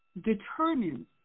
determines